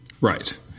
Right